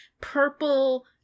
purple